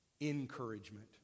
encouragement